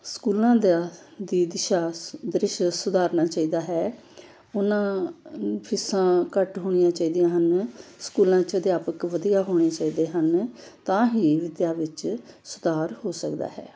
ਸਕੂਲਾਂ ਦਾ ਦੀ ਦਿਸ਼ਾ ਸ ਦ੍ਰਿਸ਼ ਸੁਧਾਰਨਾ ਚਾਹੀਦਾ ਹੈ ਉਹਨਾਂ ਫੀਸਾਂ ਘੱਟ ਹੋਣੀਆਂ ਚਾਹੀਦੀਆਂ ਹਨ ਸਕੂਲਾਂ 'ਚ ਅਧਿਆਪਕ ਵਧੀਆ ਹੋਣੇ ਚਾਹੀਦੇ ਹਨ ਤਾਂ ਹੀ ਵਿੱਦਿਆ ਵਿੱਚ ਸੁਧਾਰ ਹੋ ਸਕਦਾ ਹੈ